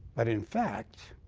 but in fact,